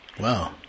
Wow